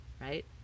right